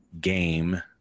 game